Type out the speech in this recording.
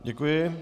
Děkuji.